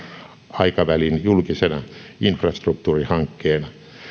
aikavälin julkisena infrastruktuurihankkeena